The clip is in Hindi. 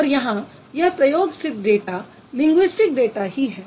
और यहाँ यह प्रयोगसिद्ध डाटा लिंगुइस्टिक डाटा ही है